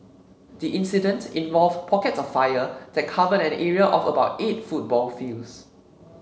the incident involved pockets of fire that covered an area of about eight football fields